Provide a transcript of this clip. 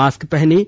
mask पहनें